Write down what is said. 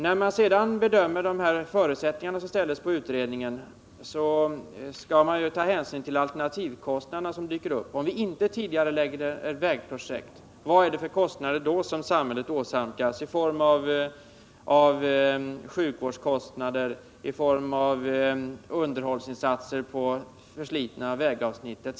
När man sedan bedömer de förutsättningar som uppställdes skall man ta hänsyn till de alternativkostnader som uppstår. Om vi inte tidigarelägger vägprojekt, vad är det då för kostnader samhället åsamkas — i form av sjukvårdskostnader, underhållsinsatser när det gäller förslitna vägavsnitt etc.?